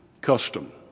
custom